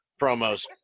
promos